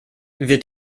wird